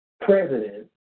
president